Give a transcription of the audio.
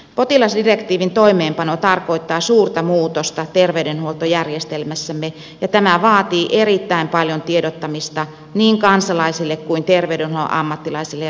potilasdirektiivin toimeenpano tarkoittaa suurta muutosta terveydenhuoltojärjestelmässämme ja tämä vaatii erittäin paljon tiedottamista niin kansalaisille kuin terveydenhuollon ammattilaisille ja viranomaisille